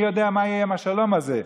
מי יודע מה יהיה עם השלום הזה.